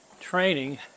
training